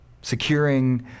securing